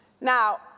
Now